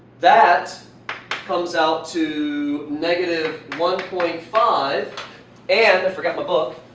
that comes out to negative one point five and i forgot my book